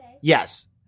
yes